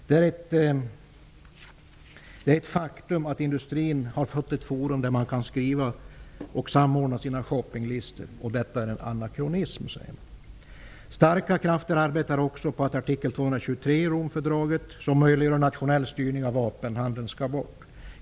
Det är ett faktum att industrin har fått ett forum där man kan samordna sina shoppinglistor. Det är en anakronism, säger man. Starka krafter arbetar också på att artikel 223 i Romfördraget, som möjliggör nationell styrning av vapenhandeln, skall bort.